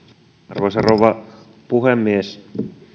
arvoisa rouva puhemies